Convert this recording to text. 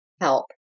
help